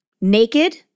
naked